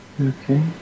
Okay